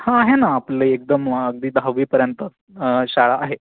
हां आहे ना आपले एकदम अगदी दहावी पर्यंत शाळा आहे